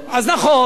אז נכון,